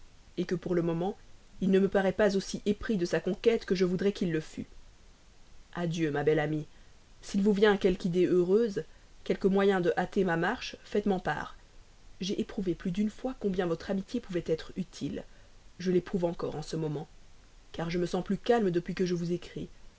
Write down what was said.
gêne que pour le moment il ne me paraît pas aussi épris de sa conquête que je voudrais qu'il le fût adieu ma belle amie s'il vous vient quelque idée heureuse quelque moyen de hâter ma marche faites men part j'ai éprouvé plus d'une fois combien votre amitié pouvait être utile je l'éprouve encore en ce moment car je me sens plus calme depuis que je vous écris